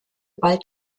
bald